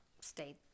stayed